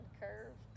curve